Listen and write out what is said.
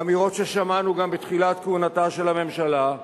אמירות ששמענו גם בתחילת כהונתה של הממשלה.